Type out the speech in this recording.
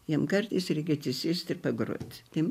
jam kartais reikia atsisėst ir pagrot tai